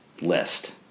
list